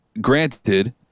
Granted